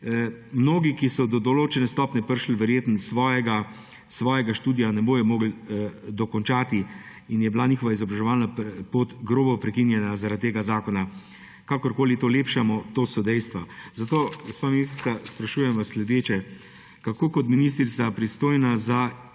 Mnogi, ki so do določene stopnje prišli, verjetno svojega študija ne bodo mogli dokončati in je bila njihova izobraževalna pot grobo prekinjena zaradi tega zakona. Kakorkoli to olepšamo, to so dejstva. Zato, gospa ministrica, sprašujem vas sledeče: Kako kot ministrica, pristojna za izobraževanje,